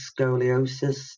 scoliosis